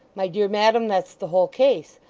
my dear madam, that's the whole case.